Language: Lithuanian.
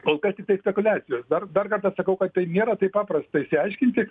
kol kas tiktai spekuliacijos dar dar kartą sakau kad tai nėra taip paprasta išsiaiškinti